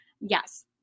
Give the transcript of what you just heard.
Yes